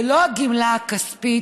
ולא הגמלה הכספית